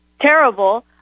terrible